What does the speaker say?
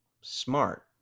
smart